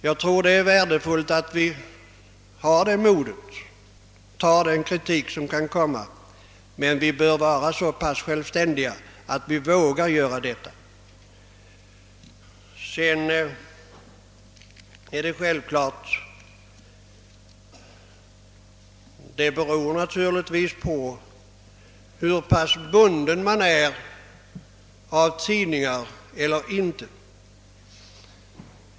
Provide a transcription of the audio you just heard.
Jag tror att det är värdefullt att vi har det modet och tar den kritik som kan komma. Vi bör vara så pass självständiga att vi vågar göra det. Ställningstagandet i denna fråga beror naturligtvis på hur pass bunden man är av tidningarna.